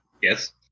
Yes